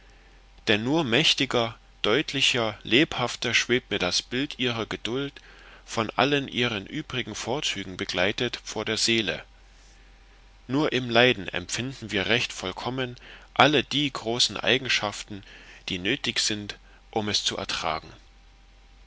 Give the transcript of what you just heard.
denn nur mächtiger deutlicher lebhafter schwebt mir das bild ihrer geduld von allen ihren übrigen vorzügen begleitet vor der seele nur im leiden empfinden wir recht vollkommen alle die großen eigenschaften die nötig sind um es zu ertragen